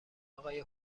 آقای